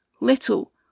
Little